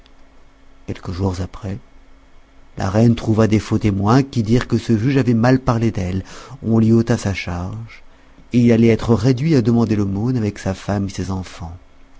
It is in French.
quelques jours après la reine trouva des faux témoins qui dirent que ce juge avait mal parlé d'elle on lui ôta sa charge et il allait être réduit à demander l'aumône avec sa femme et ses enfants